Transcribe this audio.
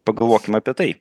pagalvokim apie tai